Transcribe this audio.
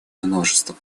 множество